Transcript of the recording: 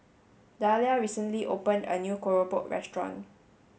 Dalia recently opened a new Keropok restaurant